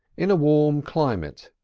in a warm climate,